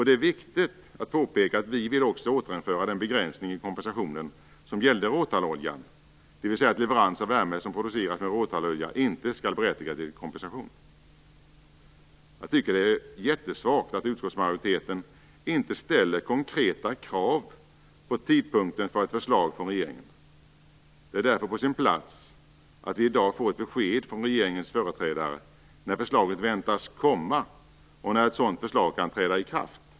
Det är viktigt att påpeka att vi också vill återinföra den begränsning i kompensationen som gällde råtalloljan, dvs. leverans av värme som producerats med råtallolja skall inte berättiga till kompensation. Jag tycker att det är jättesvagt att utskottsmajoriteten inte ställer konkreta krav på tidpunkten för ett förslag från regeringen. Det är därför på sin plats att vi i dag får ett besked från regeringens företrädare om när förslaget förväntas komma och om när ett sådant förslag kan träda i kraft.